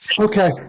Okay